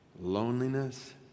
loneliness